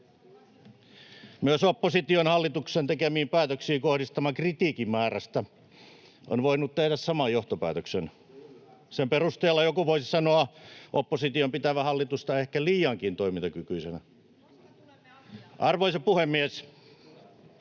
Myös opposition hallituksen tekemiin päätöksiin kohdistaman kritiikin määrästä on voinut tehdä saman johtopäätöksen. Sen perusteella joku voisi sanoa opposition pitävän hallitusta ehkä liiankin toimintakykyisenä. [Eveliina